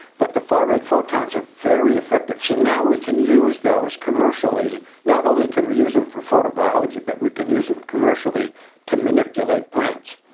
but the far-red photons are very effective. so now we can use those commercially. not only can we use them for photobiology, but we can use them commercially to manipulate plants.